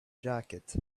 jacket